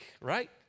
right